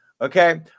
Okay